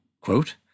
quote